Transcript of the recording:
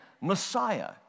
Messiah